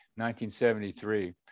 1973